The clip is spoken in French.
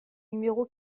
numéro